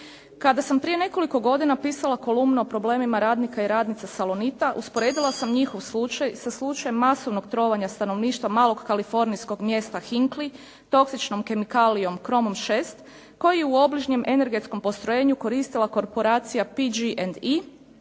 Kada sam prije nekoliko godina pisala kolumnu o problemima radnika i radnica "Salonita" usporedila sam njihov slučaj sa slučajem masovnog trovanja stanovništva malog kalifornijskog mjesta Hinkley toksičnom kemikalijom kromom 6, koji je u obližnjem energetskom postrojenju koristila korporacija PG&E,